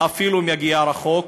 אפילו אם יגיע רחוק,